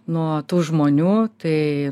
nuo tų žmonių tai